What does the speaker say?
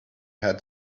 had